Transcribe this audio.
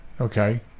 Okay